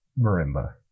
marimba